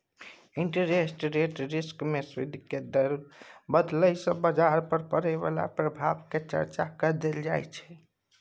interest rate risk मे सूदि केर दर बदलय सँ बजार पर पड़य बला प्रभाव केर चर्चा कएल जाइ छै